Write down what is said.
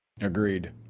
Agreed